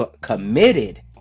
committed